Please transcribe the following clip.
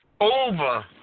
over